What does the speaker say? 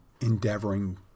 endeavoring